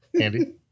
andy